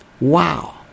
wow